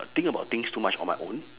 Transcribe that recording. think about things too much on my own